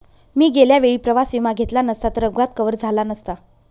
मी गेल्या वेळी प्रवास विमा घेतला नसता तर अपघात कव्हर झाला नसता